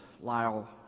Lyle